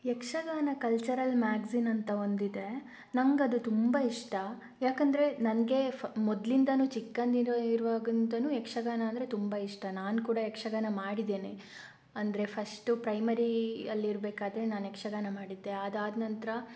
Yakshagana cultural magazine ಅಂತ ಒಂದಿದೆ ನನಗದು ತುಂಬ ಇಷ್ಟ ಯಾಕೆಂದರೆ ನನಗೆ ಫ ಮೊದಲಿಂದಾನೂ ಚಿಕ್ಕಂದಿರು ಇರು ಇರುವಾಗಿಂದನೂ ಯಕ್ಷಗಾನ ಅಂದರೆ ತುಂಬ ಇಷ್ಟ ನಾನು ಕೂಡ ಯಕ್ಷಗಾನ ಮಾಡಿದ್ದೇನೆ ಅಂದರೆ ಫಸ್ಟ್ ಪ್ರೈಮರಿಯಲ್ಲಿ ಇರಬೇಕಾದರೆ ನಾನು ಯಕ್ಷಗಾನ ಮಾಡಿದ್ದೆ ಅದಾದ ನಂತರ